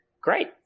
great